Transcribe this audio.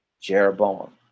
Jeroboam